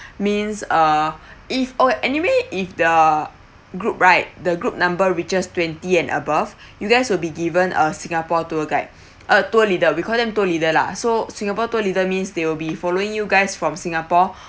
means uh if or anyway if the group right the group number reaches twenty and above you guys will be given a singapore tour guide a tour leader we call them tour leader lah so singapore tour leader means they will be following you guys from singapore